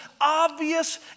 obvious